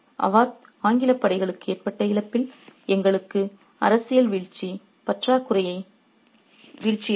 ஆகவே அவாத் ஆங்கிலப் படைகளுக்கு ஏற்பட்ட இழப்பில் எங்களுக்கு அரசியல் வீழ்ச்சி ஏற்பட்டுள்ளது மேலும் பிரேம்சந்த் மக்கள் தரப்பில் செயல்பாட்டின் பற்றாக்குறையை விமர்சித்தார்